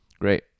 Great